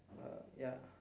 uh ya